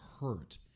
hurt